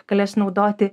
galės naudoti